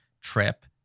trip